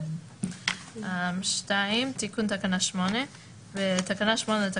זה נכון שזה מכביד יותר על העובדים אבל אנחנו